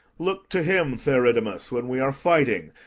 look to him, theridamas, when we are fighting,